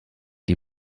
die